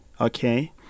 okay